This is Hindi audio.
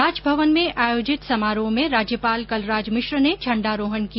राजभवन में आयोजित समारोह में राज्यपाल कलराज मिश्र ने झण्डारोहण किया